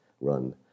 run